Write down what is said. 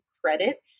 credit